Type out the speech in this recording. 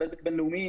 בזק בינלאומי